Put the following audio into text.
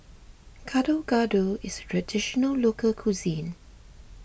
Gado Gado is Traditional Local Cuisine